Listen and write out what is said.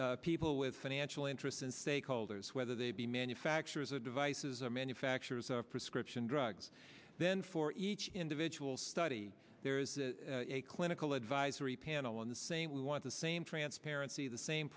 people with financial interests and stakeholders whether they be manufacturers of devices or manufacturers of prescription drugs then for each individual study there is a clinical advisory panel on the same we want the same transparency the same